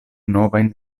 novajn